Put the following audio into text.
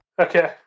Okay